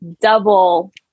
double